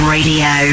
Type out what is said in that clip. Radio